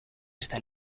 esta